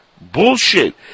Bullshit